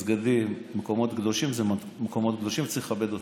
מסגדים ומקומות קדושים הם מקומות קדושים וצריך לכבד אותם,